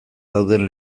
dauden